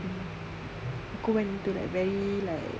mmhmm aku went into that very like